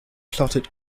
clotted